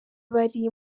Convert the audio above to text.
bari